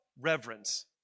reverence